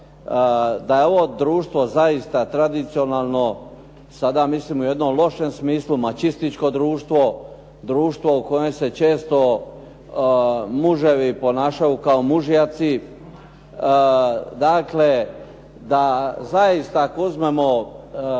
da je ovo društvo zaista tradicionalno, sada mislim u jednom lošem smislu, mačističko društvo, društvo u kojem se često muževi ponašaju kao mužjaci. Dakle, da zaista ako uzmemo